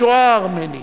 השואה הארמנית,